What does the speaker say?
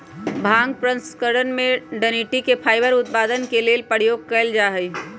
भांग प्रसंस्करण में डनटी के फाइबर उत्पादन के लेल प्रयोग कयल जाइ छइ